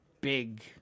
big